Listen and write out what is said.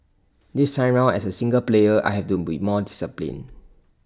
this time round as A singles player I have to be more disciplined